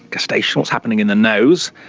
gustation, what's happening in the nose,